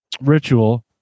ritual